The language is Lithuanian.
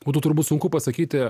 būtų turbūt sunku pasakyti